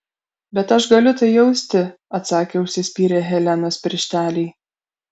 bet aš galiu tai jausti atsakė užsispyrę helenos piršteliai